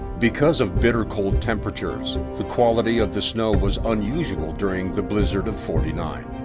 because of bitter cold temperatures, the quality of the snow was unusual during the blizzard of forty nine.